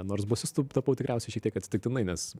nors bosistu tapau tikriausiai šiek tiek atsitiktinai nes